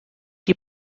die